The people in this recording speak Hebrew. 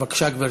בבקשה, גברתי.